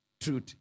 Truth